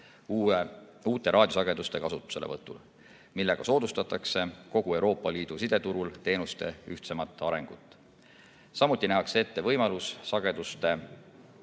uute raadiosageduste kasutuselevõtul, millega soodustatakse kogu Euroopa Liidu sideturul teenuste ühtsemat arengut. Samuti nähakse ette võimalus sageduste